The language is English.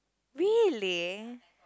really